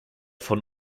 von